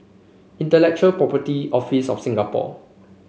Intellectual Property Office of Singapore